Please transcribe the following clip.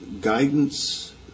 guidance